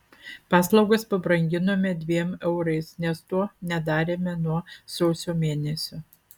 paslaugas pabranginome dviem eurais nes to nedarėme nuo sausio mėnesio